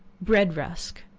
bread rusk.